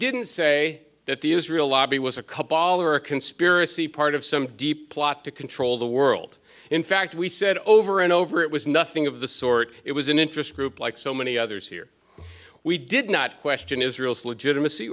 didn't say that the israel lobby was a cup all or a conspiracy part of some deep plot to control the world in fact we said over and over it was nothing of the sort it was an interest group like so many others here we did not question israel's legitimacy